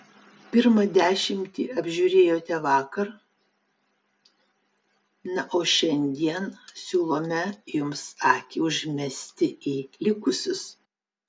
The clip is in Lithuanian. pirmą dešimtį apžiūrėjote vakar na o šiandien siūlome jums akį užmesti į likusius